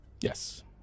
Yes